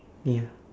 ya